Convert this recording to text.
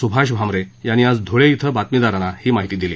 सुभाष भामरे यांनी आज धूळे कें बातमीदारांना ही माहिती दिली